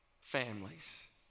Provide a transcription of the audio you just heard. families